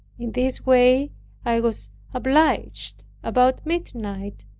in this way i was obliged, about midnight,